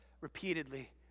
repeatedly